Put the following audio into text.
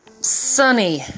sunny